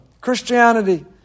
Christianity